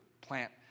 plant